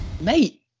Mate